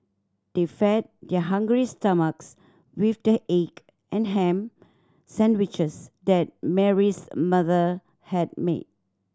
they fed their hungry stomachs with the egg and ham sandwiches that Mary's mother had made